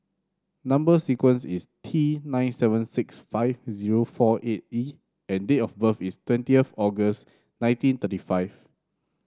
number sequence is T nine seven six five zero four eight E and date of birth is twentieth August nineteen thirty five